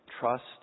trust